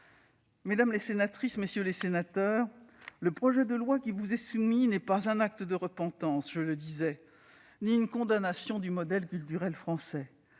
Mesdames les sénatrices, messieurs les sénateurs, le projet de loi qui vous est soumis n'est pas un acte de repentance- je le disais - ni une condamnation du modèle culturel français.